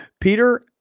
Peter